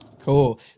Cool